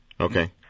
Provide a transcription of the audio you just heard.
Okay